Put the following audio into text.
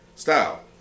Style